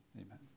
Amen